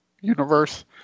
universe